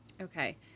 Okay